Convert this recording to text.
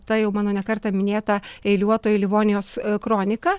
ta jau mano ne kartą minėta eiliuotoji livonijos kronika